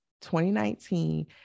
2019